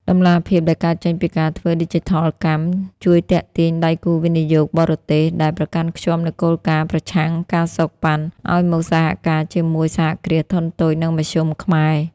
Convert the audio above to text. តម្លាភាពដែលកើតចេញពីការធ្វើឌីជីថលកម្ម ជួយទាក់ទាញដៃគូវិនិយោគបរទេសដែលប្រកាន់ខ្ជាប់នូវគោលការណ៍ "ប្រឆាំង ការសូកប៉ាន់" ឱ្យមកសហការជាមួយ សហគ្រាសធុនតូច និងមធ្យម ខ្មែរ។